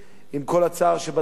עם כל הצער שבדבר.